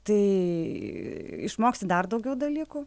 tai išmoksti dar daugiau dalykų